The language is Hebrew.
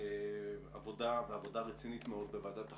עבודה ועבודה רצינית מאוד בוועדת החוקה,